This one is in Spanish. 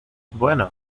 bueno